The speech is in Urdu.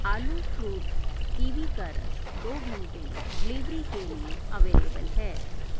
آلو فروٹ کیوی کا رس دو گھنٹے میں ڈیلیوری کے لیے اویلیبل ہے